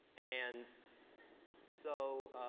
and so,